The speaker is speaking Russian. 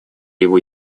его